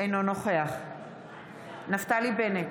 אינו נוכח נפתלי בנט,